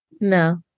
No